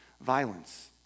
violence